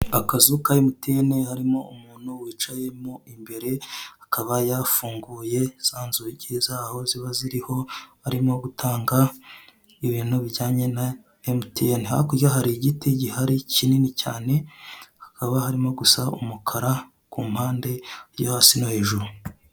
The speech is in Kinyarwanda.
Akazu ka emutiyene karimo umuntu wicaye mo imbere, akaba yafunguye za nzugi zaho ziba ziriho arimo gutanga ibintu bijyanye na emutiyene, hakurya hari igiti gihari kinini cyane, hakaba harimo gusa umukara ku mpande yo hasi no hejuru